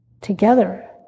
together